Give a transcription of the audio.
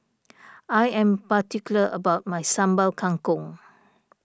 I am particular about my Sambal Kangkong